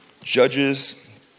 Judges